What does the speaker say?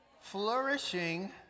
Flourishing